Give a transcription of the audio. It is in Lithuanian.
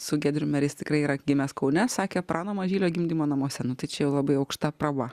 su giedriumi ar jis tikrai yra gimęs kaune sakė prano mažylio gimdymo namuose nu tai čia jau labai aukšta praba